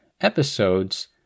episodes